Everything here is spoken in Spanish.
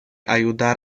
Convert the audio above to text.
ayudar